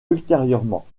ultérieurement